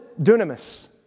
dunamis